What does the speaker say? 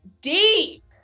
deep